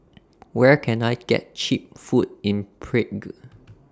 Where Can I get Cheap Food in Prague